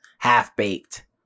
half-baked